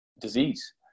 disease